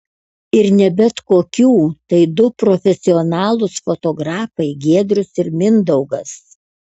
ir ne bet kokių tai du profesionalūs fotografai giedrius ir mindaugas